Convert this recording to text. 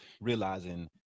realizing